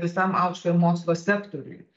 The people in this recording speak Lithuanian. visam aukštojo mokslo sektoriui